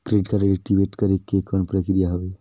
Credit card active करे के कौन प्रक्रिया हवे?